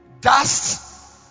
dust